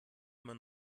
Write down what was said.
immer